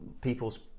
people's